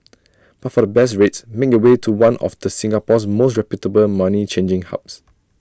but for the best rates make your way to one of the Singapore's most reputable money changing hubs